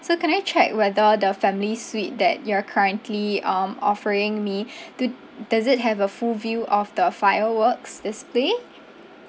so can I check whether the family suite that you're currently um offering me do does it have a full view of the fireworks display